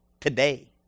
today